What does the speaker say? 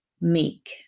meek